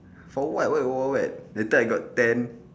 for what why you work with wild wild wet later I got tan